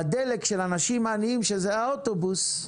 בדלק של אנשים עניים, שזה האוטובוס,